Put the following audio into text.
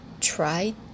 try